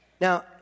Now